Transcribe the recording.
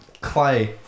clay